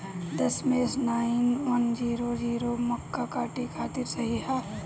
दशमेश nine one zero zero मक्का काटे खातिर सही ह?